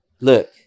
look